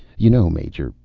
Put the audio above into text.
you know, major,